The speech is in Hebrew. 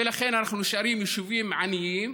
ולכן אנחנו נשארים יישובים עניים.